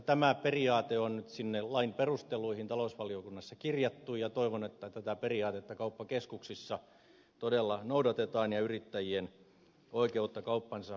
tämä periaate on nyt sinne lain perusteluihin talousvaliokunnassa kirjattu ja toivon että tätä periaatetta kauppakeskuksissa todella noudatetaan ja yrittäjien oikeutta kauppansa kiinnipitämiseen kunnioitetaan